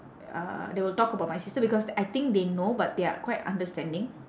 uh they will talk about my sister because I think they know but they are quite understanding